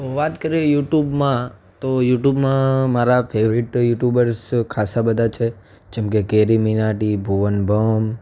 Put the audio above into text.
વાત કરીએ યુટ્યુબમાં તો યુટ્યુબમાં મારા ફેવરિટ યુટ્યુબર્સ ખાસા બધા છે જેમ કે કેરીમિનાટી ભુવન બમ